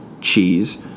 cheese